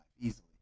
easily